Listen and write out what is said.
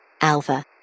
Alpha